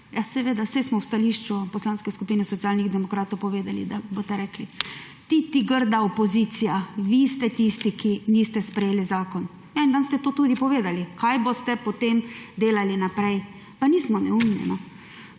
seveda, saj smo v stališču poslanske skupine Socialnih demokratov povedali, da boste rekli, »ti, ti, grda opozicija, vi ste tisti, ki niste sprejeli zakona«. En dan ste to tudi povedali, kaj boste potem delali naprej. Pa nismo neumni,